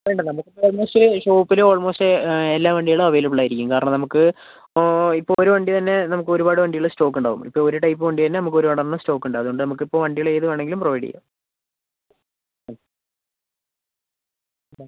വേണ്ട നമുക്ക് ഇപ്പം ഓള്മോസ്റ്റ് ഷോപ്പിൽ ഓള്മോസ്റ്റ് എല്ലാ വണ്ടികളും അവൈലബിള് ആയിരിക്കും കാരണം നമുക്ക് ഇപ്പോൾ ഒരു വണ്ടി തന്നെ നമുക്ക് ഒരുപാട് വണ്ടികൾ സ്റ്റോക്ക് ഉണ്ടാവും ഇപ്പോൾ ഒരു ടൈപ്പ് വണ്ടി തന്നെ നമുക്ക് ഒരുപാടെണ്ണം സ്റ്റോക്ക് ഉണ്ടാവും അതുകൊണ്ട് നമക്കിപ്പോൾ വണ്ടികൾ ഏത് വേണമെങ്കിലും പ്രൊവൈഡ് ചെയ്യാം മ് മ്